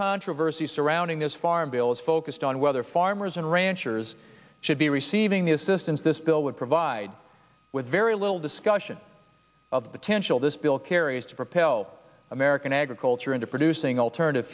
controversy surrounding this farm bill is focused on whether farmers and ranchers should be receiving the assistance this bill would provide with very little discussion of the tanjil this bill carries to propel american agriculture into producing alternative